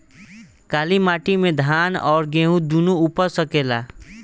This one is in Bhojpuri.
काली माटी मे धान और गेंहू दुनो उपज सकेला?